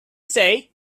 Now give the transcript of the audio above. say